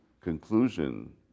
conclusion